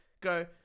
go